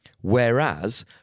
Whereas